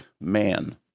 man